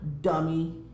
dummy